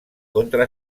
contra